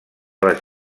les